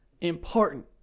important